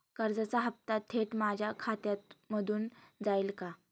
कर्जाचा हप्ता थेट माझ्या खात्यामधून जाईल का?